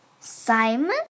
Simon